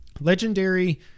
Legendary